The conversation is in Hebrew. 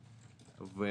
מייצג,